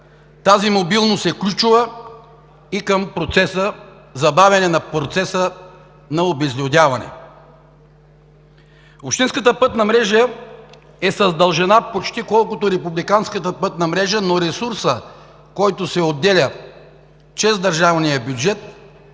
Тази мобилност е ключова и към забавяне процеса на обезлюдяване. Общинската пътна мрежа е с дължина почти колкото републиканската пътна мрежа, но ресурсът, който се отделя чрез държавния бюджет